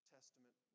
Testament